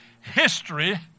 History